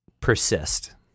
persist